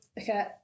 okay